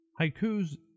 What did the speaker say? Haikus